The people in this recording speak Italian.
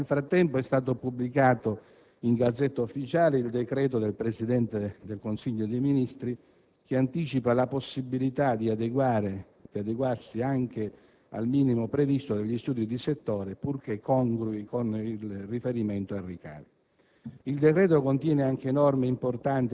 Ma nel frattempo è stato pubblicato nella *Gazzetta Ufficiale* il decreto del Presidente del Consiglio dei ministri, che anticipa la possibilità di adeguarsi anche al minimo previsto dagli studi di settore, purché congrui con il riferimento ai ricavi.